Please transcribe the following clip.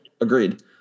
agreed